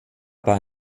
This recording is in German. bei